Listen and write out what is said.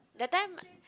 that time